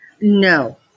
No